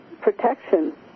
protection